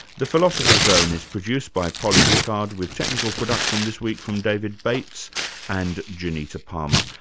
the philosopher's zone is produced by polly rickard with technical production this week from david bates and janita palmer.